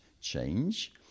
change